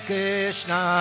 Krishna